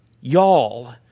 y'all